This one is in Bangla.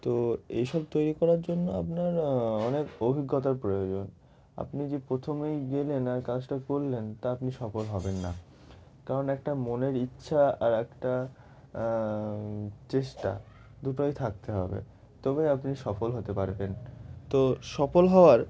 তো এইসব তৈরি করার জন্য আপনার অনেক অভিজ্ঞতার প্রয়োজন আপনি যে প্রথমেই গেলেন আর কাজটা করলেন তা আপনি সফল হবেন না কারণ একটা মনের ইচ্ছা আর একটা চেষ্টা দুটোই থাকতে হবে তবে আপনি সফল হতে পারবেন তো সফল হওয়ার